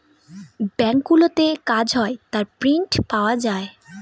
ব্যাঙ্কগুলোতে কাজ হয় তার প্রিন্ট পাওয়া যায়